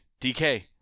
DK